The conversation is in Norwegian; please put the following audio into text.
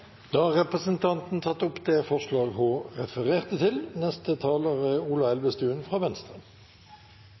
Da har representanten Olaug Vervik Bollestad tatt opp det forslaget hun refererte til. Jeg er